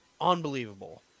Unbelievable